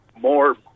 more